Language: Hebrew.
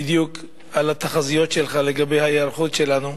על התחזיות שלך לגבי ההיערכות שלנו,